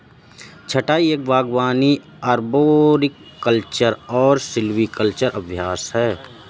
छंटाई एक बागवानी अरबोरिकल्चरल और सिल्वीकल्चरल अभ्यास है